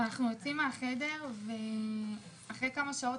יצאנו מהחדר וכשחזרתי לאחר כמה שעות,